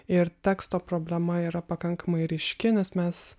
ir teksto problema yra pakankamai ryški nes mes